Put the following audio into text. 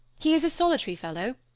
he is a solitary fellow,